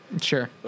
Sure